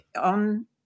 On